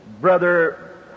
Brother